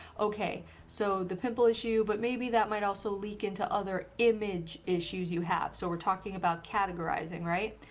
okay so the pimple issue but maybe that might also leak into other image issues you have so we're talking about categorizing right?